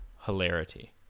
hilarity